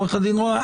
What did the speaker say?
עו"ד שרון,